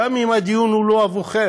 גם אם הדיון הוא לא עבורכם?